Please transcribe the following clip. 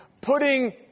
putting